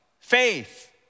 faith